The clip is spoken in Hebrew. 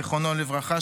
זיכרונו לברכה,